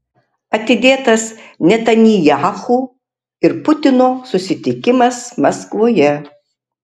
atidėtas netanyahu ir putino susitikimas maskvoje